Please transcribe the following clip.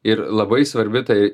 ir labai svarbi tai